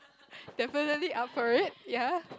definitely up for it yea